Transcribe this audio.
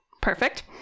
Perfect